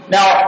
Now